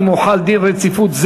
אם הוחל דין רציפות,